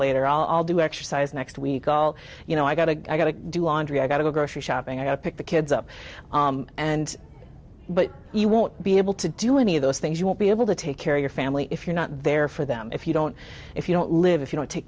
later i'll do exercise next week all you know i got to i got to do laundry i got to go grocery shopping i pick the kids up and but you won't be able to do any of those things you won't be able to take care of your family if you're not there for them if you don't if you don't live if you don't take